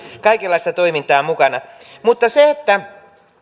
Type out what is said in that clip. kaikenlaista toimintaa mukana mutta